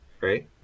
Right